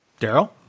Daryl